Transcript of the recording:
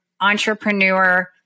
entrepreneur